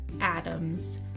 Adams